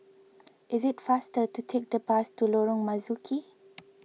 it is faster to take the bus to Lorong Marzuki